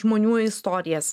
žmonių istorijas